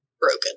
broken